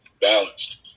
balanced